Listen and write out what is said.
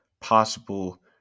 possible